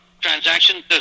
transaction